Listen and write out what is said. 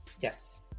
Yes